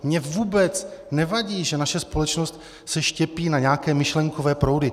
Mně vůbec nevadí, že naše společnost se štěpí na nějaké myšlenkové proudy.